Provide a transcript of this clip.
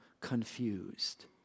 confused